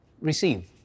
Receive